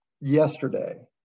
yesterday